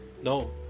No